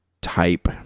type